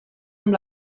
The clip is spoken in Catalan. amb